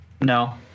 No